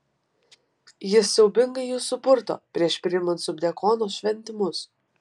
jis siaubingai jį supurto prieš priimant subdiakono šventimus